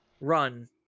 run